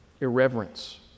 Irreverence